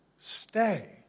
stay